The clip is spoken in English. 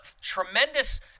tremendous